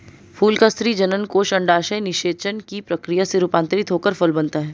फूल का स्त्री जननकोष अंडाशय निषेचन की प्रक्रिया से रूपान्तरित होकर फल बनता है